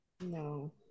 No